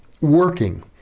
working